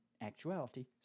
actuality